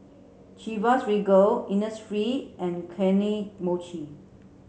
Chivas Regal Innisfree and Kane Mochi